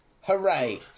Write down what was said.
hooray